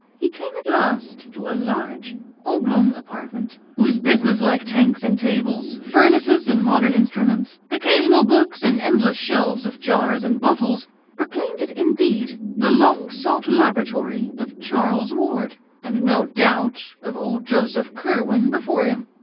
he came at last to a large oblong apartment whose business-like tanks and tables, furnaces and modern instruments, occasional books and endless shelves of jars and bottles proclaimed it indeed the long-sought laboratory of charles ward and no doubt of old joseph curwen before him.